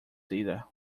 data